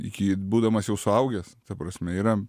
iki būdamas jau suaugęs ta prasme yra